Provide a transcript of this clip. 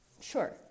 sure